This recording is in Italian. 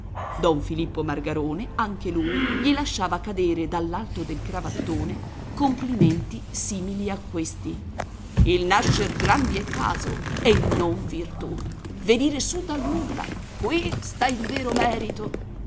il posto don filippo margarone anche lui gli lasciava cadere dall'alto del cravattone complimenti simili a questi il nascer grandi è caso e non virtù venire su dal nulla qui sta il vero merito